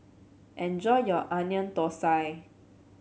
enjoy your Onion Thosai